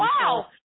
Wow